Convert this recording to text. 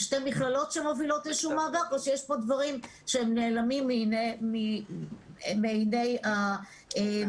זה שתי מכללות שמובילות מאבק או שיש פה דברים שהם נעלמים מעיני הועדה?